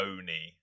Oni